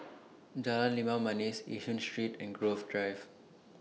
Jalan Limau Manis Yishun Street and Grove Drive